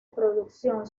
producción